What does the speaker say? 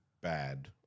bad